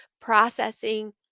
processing